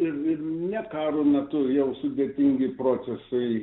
ir ir ne karo metu jau sudėtingi procesai